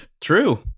true